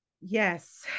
Yes